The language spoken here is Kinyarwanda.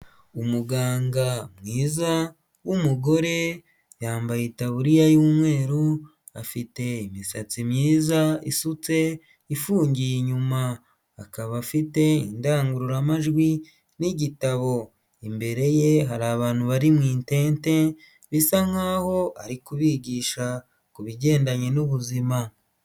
Umuganga mwiza w'umugore yambaye itaburiya y'umweru, afite imisatsi myiza isutse ifungiye inyuma. Akaba afite indangururamajwi n'igitabo, imbere ye hari abantu bari mu itente, bisa nkaho ari kubigisha ku bigendanye n'ubuzima.